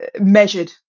measured